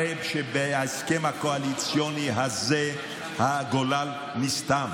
הרי שבהסכם הקואליציוני הזה הגולל נסתם,